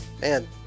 man